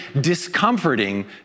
discomforting